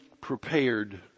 prepared